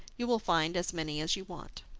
you will find as many as you want.